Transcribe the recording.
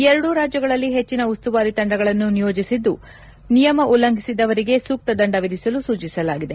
ಎರಡೂ ರಾಜ್ಲಗಳಲ್ಲಿ ಹೆಚ್ಚಿನ ಉಸ್ತುವಾರಿ ತಂಡಗಳನ್ನು ನಿಯೋಜಿಸಿದ್ದು ನಿಯಮ ಉಲ್ಲಂಘಿಸಿದವರಿಗೆ ಸೂಕ್ತ ದಂಡ ವಿಧಿಸಲು ಸೂಚಿಸಲಾಗಿದೆ